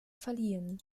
verliehen